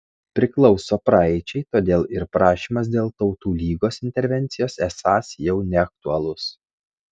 priklauso praeičiai todėl ir prašymas dėl tautų lygos intervencijos esąs jau neaktualus